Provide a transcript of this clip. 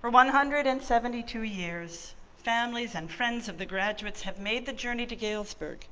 for one hundred and seventy two years families and friends of the graduates have made the journey to galesburg